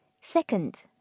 Second